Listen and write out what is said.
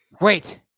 Wait